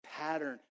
Pattern